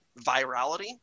virality